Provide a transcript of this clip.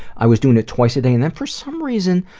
i was doing it twice a day, and then for some reason,